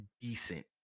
decent